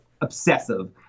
obsessive